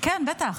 כן, בטח.